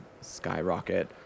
skyrocket